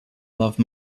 love